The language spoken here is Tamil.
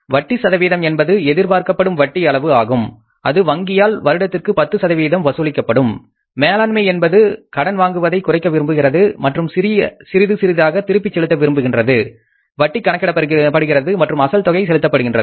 வட்டி சதவீதம் என்பது எதிர்பார்க்கப்படும் வட்டி அளவு ஆகும் அது வங்கியால் வருடத்திற்கு 10 வசூலிக்கப்படும் மேலாண்மை என்பது கடன் வாங்குவதை குறைக்க விரும்புகின்றது மற்றும் சிறிது சிறிதாக திருப்பி செலுத்த விரும்புகின்றது வட்டி கணக்கிடப்படுகிறது மற்றும் அசல் தொகை செலுத்தப்படுகின்றது